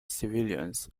civilians